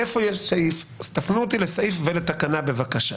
איפה יש סעיף, תפנו אותי לסעיף ולתקנה בבקשה,